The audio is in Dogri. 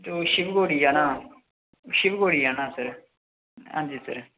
ते ओह् शिवखोड़ी जाना हा शिवखोड़ी जाना हा सर हां जी सर